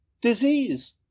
disease